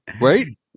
right